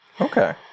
Okay